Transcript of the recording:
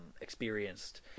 experienced